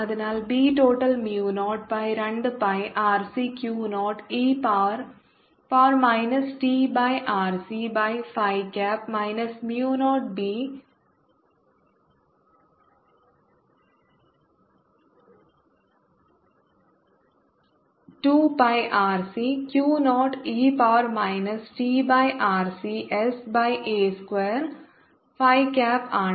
അതിനാൽ B total mu nought by 2 pi RC Q nought E power power minus T by RC by phi cap minus mu nought by 2 pi RC Q nought E power minus T by RC S by a square phi cap ആണ്